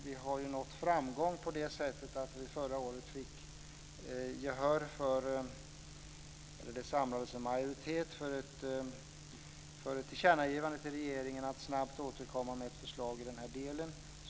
Vi har ju nått framgång på det sättet att det förra året samlades en majoritet för ett tillkännagivande till regeringen om att snabbt återkomma med ett förslag i den här delen.